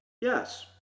Yes